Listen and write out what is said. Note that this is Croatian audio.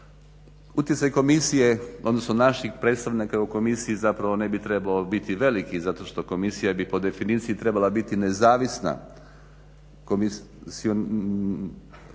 Utjecaj komisije, odnosno naših predstavnika u komisiji zapravo ne bi trebao biti veliki zato što komisija bi po definiciji trebala biti nezavisna.